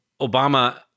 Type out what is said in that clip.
Obama